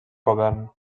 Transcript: govern